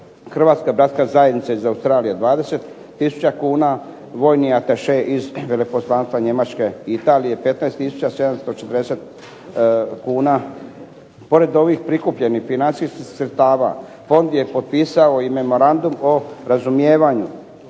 razumije./… zajednica iz Australije 20 tisuća kuna, vojni ataše iz Veleposlanstva Njemačke i Italije 15 tisuća 740 kuna. Pored ovih prikupljenih financijskih sredstava fond je potpisao i memorandum o razumijevanju,